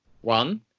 One